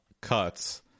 cuts